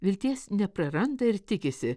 vilties nepraranda ir tikisi